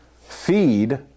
Feed